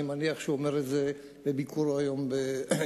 אני מניח שהוא אומר את זה גם בביקורו היום באירופה.